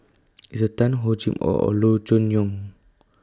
Esther Tan Hor Chim Or and Loo Choon Yong